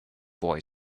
boy